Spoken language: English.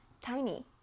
Tiny